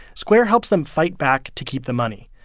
square helps them fight back to keep the money.